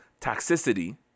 toxicity